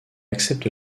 accepte